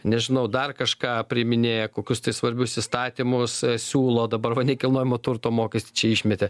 nežinau dar kažką priiminėja kokius svarbius įstatymus siūlo dabar va nekilnojamojo turto mokestį čia išmetė